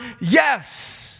Yes